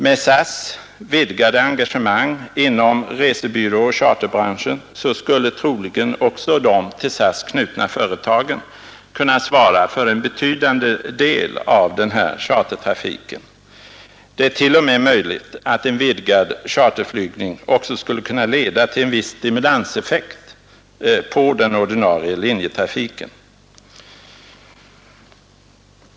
Med SAS:s vidgade engagemang inom resebyråoch charterbranschen skulle troligen också de till SAS knytna företagen kunna svara för en betydande del av denna chartertrafik. Det är t.o.m. möjligt att ett vidgat charterflyg skulle kunna leda till en viss stimulanseffekt på den ordinarie linjetrafiken.